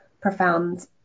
profound